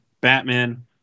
Batman